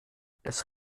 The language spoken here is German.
des